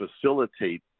facilitate